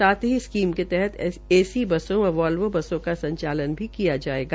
साथ ही स्कीम के तहत ए सी बसों व वोल्वों बसों का संचालन भी किया जायेगा